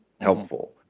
helpful